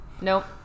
Nope